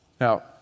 Now